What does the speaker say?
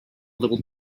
little